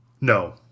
No